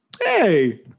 Hey